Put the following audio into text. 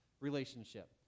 relationship